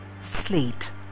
Sleet